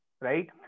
right